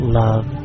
love